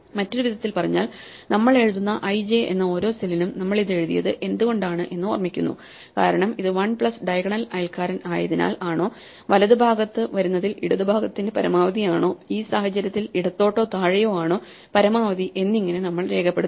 മറ്റൊരു വിധത്തിൽ പറഞ്ഞാൽ നമ്മൾ എഴുതുന്ന ij എന്ന ഓരോ സെല്ലിനും നമ്മൾ ഇത് എഴുതിയത് എന്തുകൊണ്ടാണ് എന്ന് ഓർമിക്കുന്നു കാരണം ഇത് വൺ പ്ലസ് ഡയഗണൽ അയൽക്കാരൻ ആയതിനാൽ ആണോ വലതുഭാഗത്ത് വരുന്നതിൽ ഇടതുഭാഗത്തിന്റെ പരമാവധി ആണോ ഈ സാഹചര്യത്തിൽ ഇടത്തോട്ടോ താഴെയോ ആണോ പരമാവധി എന്നിങ്ങനെ നമ്മൾ രേഖപ്പെടുത്തുന്നു